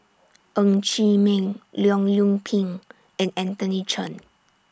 Ng Chee Meng Leong Yoon Pin and Anthony Chen